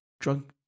Drunk